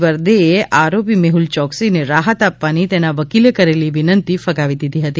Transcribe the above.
વર્દેએ આરોપી મેહુલ યોક્સીને રાહત આપવાની તેના વકીલે કરેલી વિનંતી ફગાવી દીધી હતી